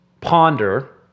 ponder